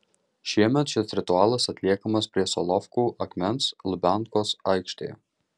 šiemet šis ritualas atliekamas prie solovkų akmens lubiankos aikštėje